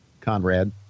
Conrad